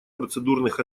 процедурных